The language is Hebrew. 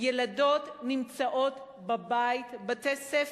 ילדות נמצאות בבית,